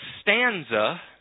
stanza